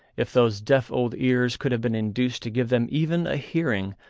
if those deaf old ears could have been induced to give them even a hearing,